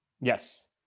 Yes